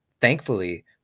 Thankfully